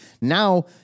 Now